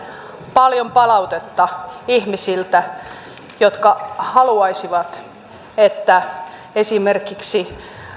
paljon palautetta ihmisiltä jotka haluaisivat että esimerkiksi